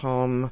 Tom